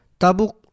tabuk